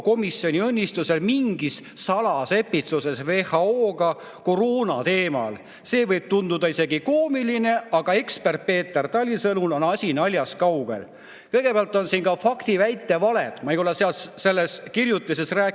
Komisjoni õnnistusel mingis salasepitsuses WHO-ga koroona teemal. See võib tunduda isegi koomiline, aga ekspert Peeter Tali sõnul on asi naljast kaugel." Kõigepealt on siin väited valed. Ma ei ole selles kirjutises rääkinud